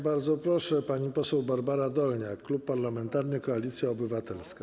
Bardzo proszę, pani poseł Barbara Dolniak, Klub Parlamentarny Koalicja Obywatelska.